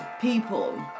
people